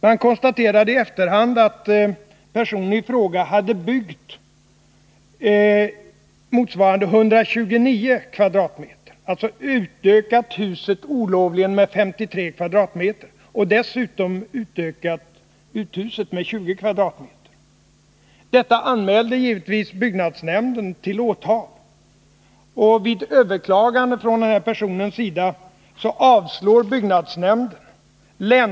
Man konstaterade i efterhand att personen i fråga hade byggt motsvarande 129 m?, alltså olovligen utökat huset med 53 m?, och dessutom utökat uthuset med 20 m?. Detta anmälde givetvis byggnadsnämnden till åtal, och vid överklagande från den här personens sida avslår byggnadsnämnden besvären.